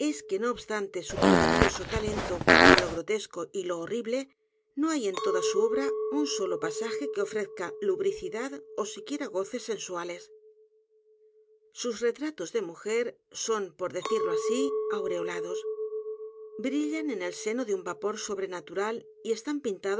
que no obstante su prodigioso talento para lo grotesco y lo horrible no hay en toda su obra un solo pasaje que ofrezca lubricidad ó siquiera goces sensuales sus retratos de mujer son por decirlo asi aureolados brillan en el seno de un vapor sobrenatural y están